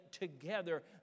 together